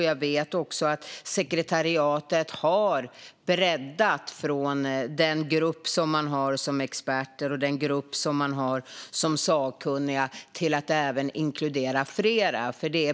Jag vet också att sekretariatet har breddat från en grupp experter och sakkunniga till att inkludera fler.